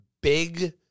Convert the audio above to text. big